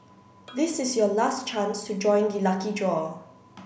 this is your last chance to join the lucky draw